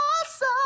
Awesome